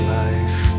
life